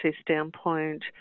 standpoint